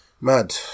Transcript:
mad